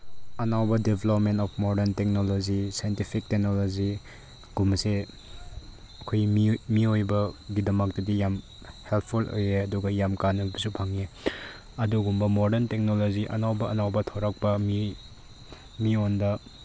ꯑꯅꯧꯕ development of modern technology scientific ꯇꯦꯛꯅꯣꯂꯣꯖꯤꯒꯨꯝꯕꯁꯦ ꯑꯩꯈꯣꯏ ꯃꯤꯑꯣꯏꯕꯒꯤꯗꯃꯛꯇꯗꯤ ꯌꯥꯝ ꯍꯦꯜꯞꯐꯨꯜ ꯑꯣꯏꯌꯦ ꯑꯗꯨꯒ ꯌꯥꯝ ꯀꯥꯅꯕꯁꯨ ꯐꯪꯉꯦ ꯑꯗꯨꯒ ꯃꯣꯔꯗꯔꯟ ꯇꯦꯛꯅꯣꯂꯣꯖꯤ ꯑꯅꯧꯕ ꯑꯅꯧꯕ ꯊꯣꯛꯂꯛꯄ ꯃꯤꯉꯣꯟꯗ